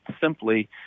simply